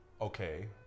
okay